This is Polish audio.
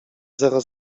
zero